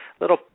little